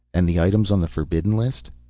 and the items on the forbidden list?